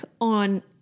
on